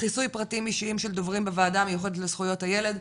חיסוי פרטים אישיים של דוברים בוועדה המיוחדת של לזכויות הילד,